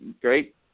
great